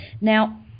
Now